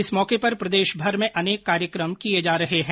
इस मौके पर प्रदेशभर में अनेक कार्यक्रम किये जा रहे है